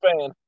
fan